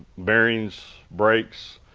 bearings, brakes,